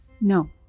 No